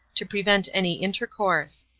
to prevent any intercourse.